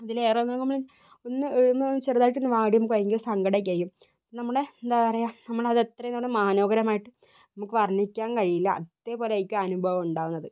അതില് ഏറെ നമ്മള് ഒന്ന് ഒന്ന് ചെറുതായിട്ട് ഒന്ന് വാടിയാൽ നമുക്ക് ഭയങ്കര സങ്കടമൊക്കെ ആയിരിക്കും നമ്മുടെ എന്താ പറയുക നമ്മള് അത് എത്ര മനോഹരമായിട്ട് നമുക്ക് വർണ്ണിക്കാൻ കഴിയില്ല അതേപോലെ ആയിരിക്കും അനുഭവം ഉണ്ടാകുന്നത്